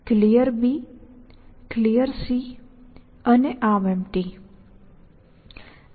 આ a0 action છે